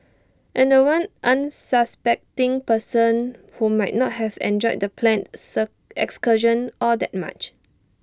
and The One unsuspecting person who might not have enjoyed the planned sir excursion all that much